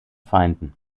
feinden